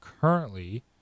currently